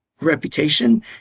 reputation